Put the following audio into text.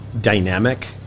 dynamic